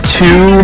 two